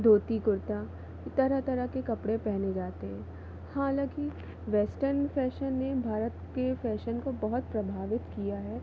धोती कुरता तरह तरह के कपड़े पहने जाते हैं हालाँकि वेस्टर्न फ़ैशन ने भारत के फ़ैशन को बहुत प्रभावित किया है